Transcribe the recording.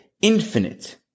infinite